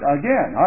again